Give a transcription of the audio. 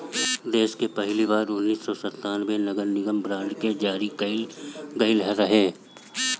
देस में पहिली बार उन्नीस सौ संतान्बे में नगरनिगम बांड के जारी कईल गईल रहे